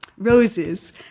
roses